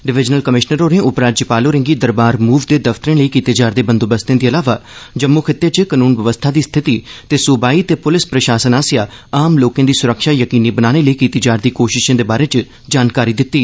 divisional commissioner होरे उपराज्यपाल होरे गी दरबार मूव दे दफ्तरे लेई कीते जा रर्द बेंदोबस्ते दे अलावा जम्मू खित्ते च कानून बवस्था दी स्थिति ते सूबाई ते पुलस प्रशासन आसेआ आम लोके दी सुरक्षा यकीनी बनाने लेई कीती जा रदी कोशशें दे बारै च जानकारी दित्ती